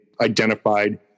identified